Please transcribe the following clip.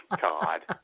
God